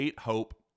Hope